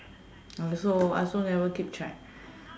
I also I also never keep track